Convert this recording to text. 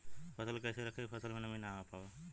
फसल के कैसे रखे की फसल में नमी ना आवा पाव?